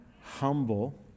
Humble